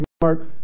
Mark